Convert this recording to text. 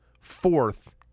fourth